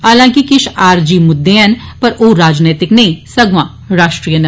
हालांकि किश आरजी मुद्दे ऐन पर ओ राजनीतिक नेईं सगुआं राष्ट्रीय न